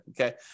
okay